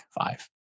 five